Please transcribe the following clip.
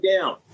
down